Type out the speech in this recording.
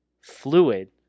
fluid